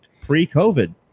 pre-covid